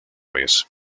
vez